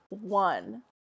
one